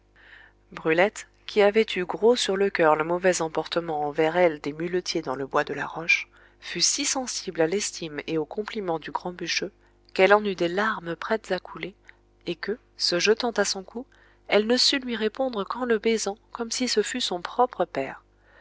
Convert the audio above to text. brulette qui avait eu gros sur le coeur le mauvais emportement envers elle des muletiers dans le bois de la roche fut si sensible à l'estime et aux compliments du grand bûcheux qu'elle en eut des larmes prêtes à couler et que se jetant à son cou elle ne sut lui répondre qu'en le baisant comme si ce fût son propre père